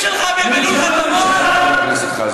הנשים שלך בלבלו לך את המוח?